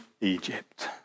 Egypt